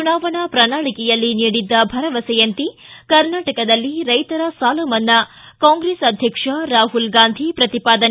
ಚುನಾವಣಾ ಪ್ರಣಾಳಿಕೆಯಲ್ಲಿ ನೀಡಿದ್ದ ಭರವಸೆಯಂತೆ ಕರ್ನಾಟಕದಲ್ಲಿ ರೈತರ ಸಾಲ ಮನ್ನಾ ಕಾಂಗ್ರೆಸ್ ಅಧ್ಯಕ್ಷ ರಾಹುಲ್ ಗಾಂಧಿ ಪ್ರತಿಪಾದನೆ